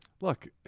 Look